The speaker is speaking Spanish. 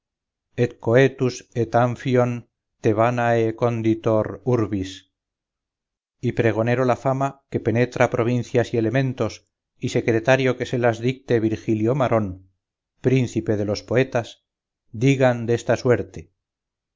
no naufragase et coetus et amphion thebanae conditor urbis y pregonero la fama que penetra provincias y elementos y secretario que se las dicte virgilio marón príncipe de los poetas digan desta suerte